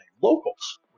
Locals